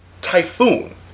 typhoon